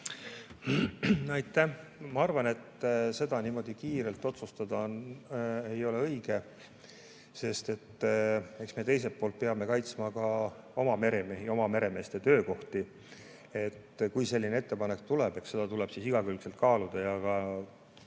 Ma arvan, et seda niimoodi kiirelt otsustada ei ole õige, sest me teiselt poolt peame kaitsma ka oma meremehi ja oma meremeeste töökohti. Kui selline ettepanek tuleb, siis seda tuleb igakülgselt kaaluda